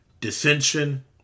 dissension